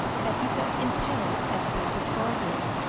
that he felt impelled, as baba's guardian,